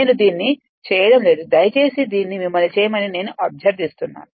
నేను దీన్ని చేయడం లేదు దయచేసి దీన్ని మిమల్ని చేయమని నేను అభ్యర్థిస్తున్నాను